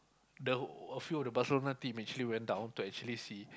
the a few of the Barcelona team actually went down to actually see